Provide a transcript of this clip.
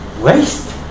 waste